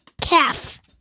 Calf